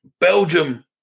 Belgium